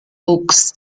oaks